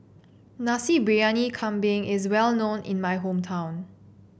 Nasi Briyani Kambing is well known in my hometown